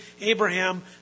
Abraham